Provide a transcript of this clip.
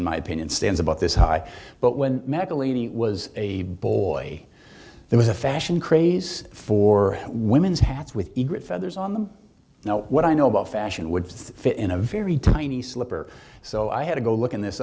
in my opinion stands about this high but when was a boy there was a fashion craze for women's hats with feathers on them you know what i know about fashion would fit in a very tiny slipper so i had to go looking this